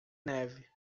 neve